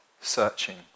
searching